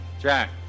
Jack